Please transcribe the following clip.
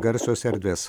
garsios erdvės